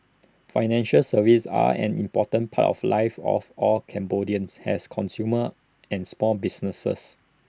financial services are an important part of lives of all Cambodians has consumers and small businesses